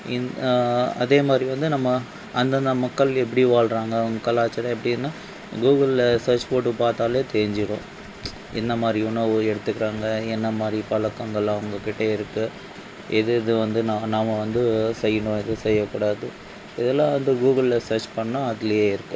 இன் அதே மாதிரி வந்து நம்ம அந்தந்த மக்கள் எப்படி வாழ்கிறாங்க அவங்க கலாச்சாரம் எப்படியின்னா கூகுளில் சேர்ச் போட்டு பார்த்தாலே தெரிஞ்சுரும் என்ன மாதிரி உணவு எடுத்துக்கிறாங்க என்ன மாதிரி பழக்கங்கள் அவங்கக்கிட்ட இருக்குது எது எது வந்து நான் நாம் வந்து செய்யணும் எது செய்யக்கூடாது இதெலாம் வந்து கூகுளில் சேர்ச் பண்ணிணா அதிலியே இருக்குது